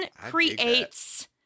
creates